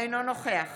אינו נוכח